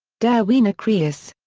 der wiener kreis.